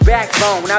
Backbone